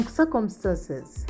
circumstances